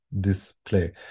display